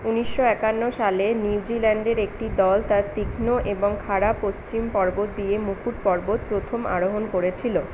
উনিশশো একান্ন সালে নিউজিল্যান্ডের একটি দল তার তীক্ষ্ণ এবং খাড়া পশ্চিম পর্বত দিয়ে মুকুট পর্বত প্রথম আরোহণ করেছিলো